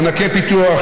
מענקי פיתוח,